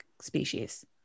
species